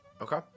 Okay